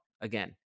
again